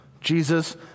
Jesus